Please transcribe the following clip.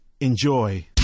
enjoy